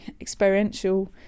experiential